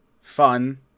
fun